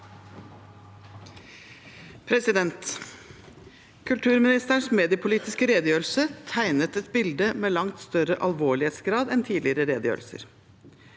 Kulturministerens me- diepolitiske redegjørelse tegnet et bilde med langt større alvorlighetsgrad enn tidligere redegjørelser.